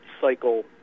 cycle